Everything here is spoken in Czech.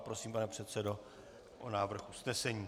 Prosím, pane předsedo, o návrh usnesení.